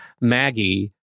maggie